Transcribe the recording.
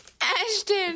Ashton